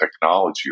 technology